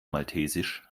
maltesisch